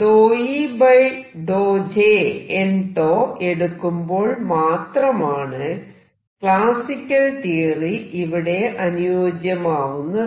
∂E∂Jn𝞃 എടുക്കുമ്പോൾ മാത്രമാണ് classical theory ഇവിടെ അനുയോജ്യമാവുന്നത്